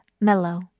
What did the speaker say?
Mellow